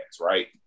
right